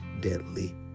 deadly